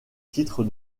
titre